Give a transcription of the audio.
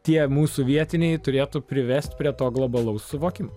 tie mūsų vietiniai turėtų privesti prie to globalaus suvokimo